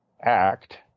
act